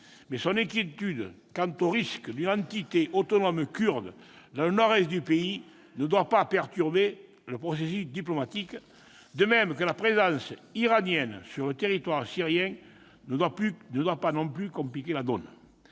mais son inquiétude quant au risque d'une entité autonome kurde dans le nord-est du pays ne doit pas perturber le processus diplomatique, de même que la présence iranienne sur le territoire syrien ne doit pas non plus compliquer la donne.